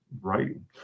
writing